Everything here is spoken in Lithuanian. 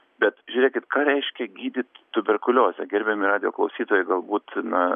bet žiūrėkit ką reiškia gydyt tuberkuliozę gerbiami radijo klausytojai galbūt na